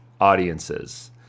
audiences